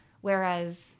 whereas